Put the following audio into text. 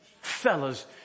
fellas